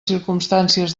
circumstàncies